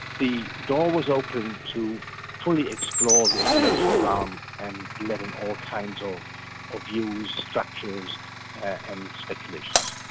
the door was open to fully explore the intellectual realm and let in all kinds of views, structures and speculations.